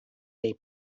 day